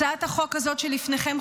הצעת החוק הזאת שלפניכם,